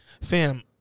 Fam